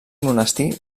monestir